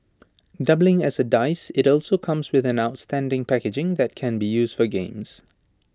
doubling as A dice IT also comes with an outstanding packaging that can be used for games